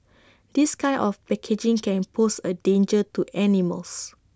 this kind of packaging can pose A danger to animals